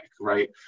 right